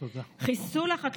תודה.